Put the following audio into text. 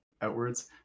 outwards